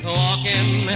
walking